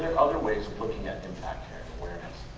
there are other ways of looking at impact here and awareness.